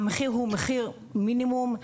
המחיר הוא מחיר מינימום.